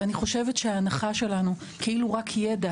ואני חושבת שההנחה שלנו כאילו רק ידע,